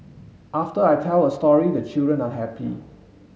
after I tell a story the children are happy